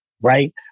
right